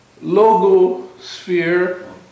Logosphere